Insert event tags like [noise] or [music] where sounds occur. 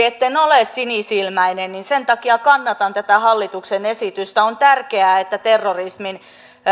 [unintelligible] etten ole sinisilmäinen kannatan tätä hallituksen esitystä on tärkeää että terrorismin